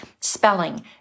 spelling